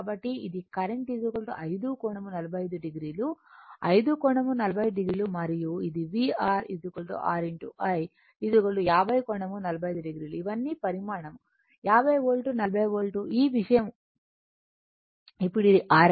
కాబట్టి ఇది కరెంట్ 5 కోణం 45 o 5 కోణం 45 o మరియు ఇది VR R I 50 కోణం 45 o ఇవన్నీ పరిమాణం 50 వోల్ట్ 40 వోల్ట్ ఈ విషయం ఇప్పుడు ఇది R I